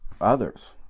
others